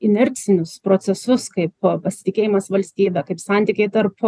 inercinius procesus kaip pasitikėjimas valstybe kaip santykiai tarp